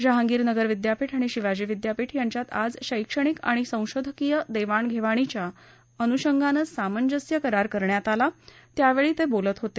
जहाँगीरनगर विद्यापीठ आणि शिवाजी विद्यापीठ यांच्यात आज शैक्षणिक आणि संशोधकीय देवाणघेवाणीच्या अनृषंगानं सामंजस्य करार करण्यात आला त्यावेळी ते बोलत होते